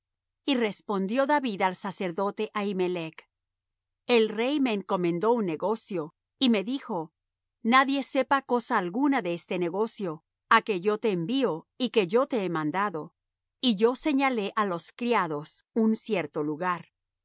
y respondió david al sacerdote ahimelech el rey me encomendó un negocio y me dijo nadie sepa cosa alguna de este negocio á que yo te envío y que yo te he mandado y yo señalé á los criados un cierto lugar